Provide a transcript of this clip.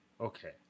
okay